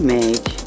make